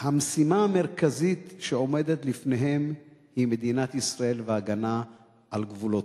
שהמשימה המרכזית שעומדת לפניהם היא מדינת ישראל והגנה על גבולותיה.